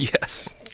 Yes